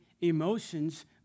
emotions